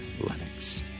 Lennox